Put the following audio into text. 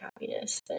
happiness